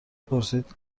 پرسید